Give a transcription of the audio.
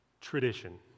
tradition